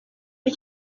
ari